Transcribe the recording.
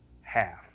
half